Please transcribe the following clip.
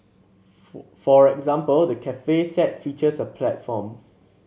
for example the cafe set features a platform